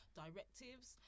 directives